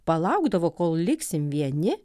palaukdavo kol liksim vieni